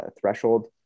threshold